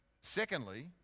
Secondly